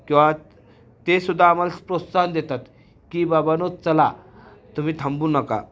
किंवा तेसुद्धा आम्हाला प्रोत्साहन देतात की बाबा नो चला तुम्ही थांबू नका